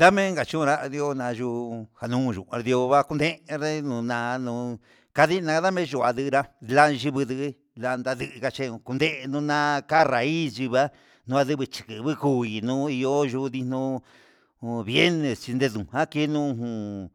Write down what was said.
Ndame kachionra yuu ndayu anduidio nayo nakonde he nini nunra nuu, kadii name nee yua nruda lan yukun yuu ndankache ndanuna kanra na hi yuva'a naguiki chi nuyu uhi no yuu nondi no'o vienes chi nendugajan keno'o jun